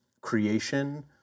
creation